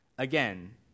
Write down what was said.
Again